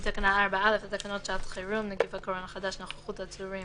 תקנה 4א לתקנות שעת חירום (נגיף הקורונה החדש) (נוכחות עצורים